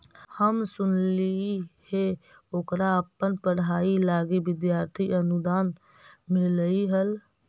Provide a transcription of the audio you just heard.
हम सुनलिइ हे ओकरा अपन पढ़ाई लागी विद्यार्थी अनुदान मिल्लई हल